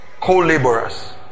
Co-laborers